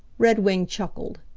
redwing chuckled.